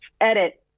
edit